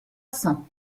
cents